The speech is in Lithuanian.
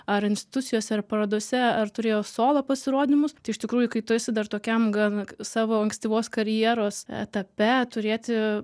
ar institucijose ar parodose ar turėjo solo pasirodymus iš tikrųjų kai tu esi dar tokiam gan savo ankstyvos karjeros etape turėti